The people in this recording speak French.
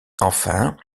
enfin